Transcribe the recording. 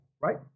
right